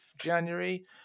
January